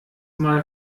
mal